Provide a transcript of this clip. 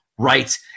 Right